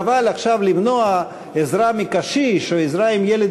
חבל עכשיו למנוע עזרה מקשיש או עזרה מילד